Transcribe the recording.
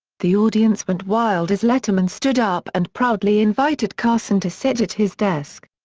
the audience went wild as letterman stood up and proudly invited carson to sit at his desk.